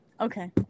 Okay